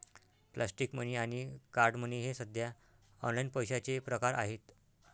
plastic money आणि card money हे सध्या ऑनलाइन पैशाचे प्रकार आहेत